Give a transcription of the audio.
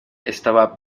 estaba